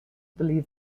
believe